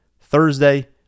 Thursday